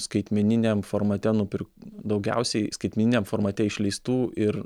skaitmeniniam formate nupir daugiausiai skaitmeniniam formate išleistų ir